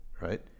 right